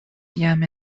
jam